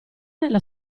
nella